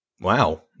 Wow